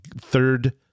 third